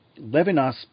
Levinas